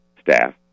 staff